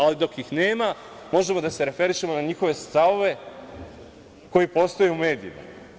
Ali, dok ih nema, možemo da se referišemo na njihove stavove koji postoje u medijima.